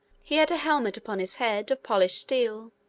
he had a helmet upon his head, of polished steel,